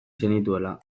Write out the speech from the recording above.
zenituela